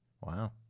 Wow